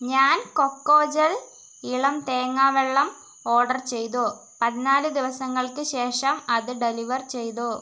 ഞാൻ കൊക്കോജൽ ഇളം തേങ്ങാവെള്ളം ഓർഡർ ചെയ്തു പതിനാല് ദിവസങ്ങൾക്ക് ശേഷം അത് ഡെലിവർ ചെയ്തു